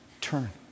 turn